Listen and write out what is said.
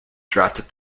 drafted